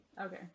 Okay